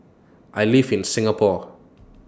I live in Singapore